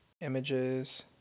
Images